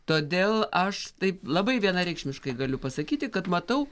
todėl aš taip labai vienareikšmiškai galiu pasakyti kad matau